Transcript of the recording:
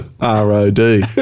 R-O-D